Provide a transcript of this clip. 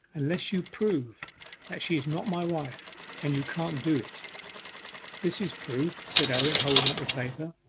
unless you prove that she is not my wife and you can't do it this is proof said owen, holding up the paper.